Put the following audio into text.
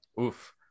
Oof